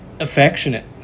affectionate